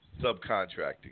subcontracting